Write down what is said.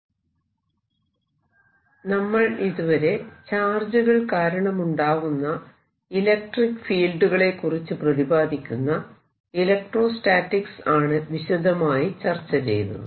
മാഗ്നെറ്റോസ്റ്റാറ്റിക്സിന് ഒരു ആമുഖം Biot Savart നിയമം നമ്മൾ ഇതുവരെ ചാർജുകൾ കരണമുണ്ടാവുന്ന ഇലക്ട്രിക്ക് ഫീൽഡു കളെ കുറിച്ച് പ്രതിപാദിക്കുന്ന ഇലക്ട്രോസ്റ്റാറ്റിക്സ് ആണ് വിശദമായി ചർച്ച ചെയ്തത്